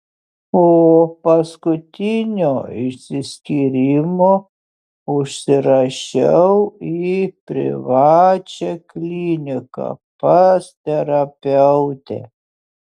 po paskutinio išsiskyrimo užsirašiau į privačią kliniką pas terapeutę